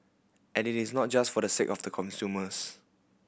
and it is not just for the sake of the consumers